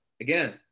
again